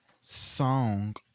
Song